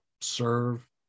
serve